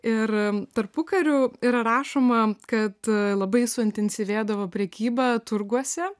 ir tarpukariu yra rašoma kad labai suintensyvėdavo prekyba turguose